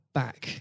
back